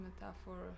metaphor